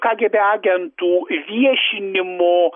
kagėbė agentų viešinimo